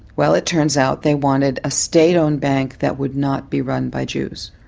well, it turns out they wanted a state-owned bank that would not be run by jews.